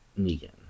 Negan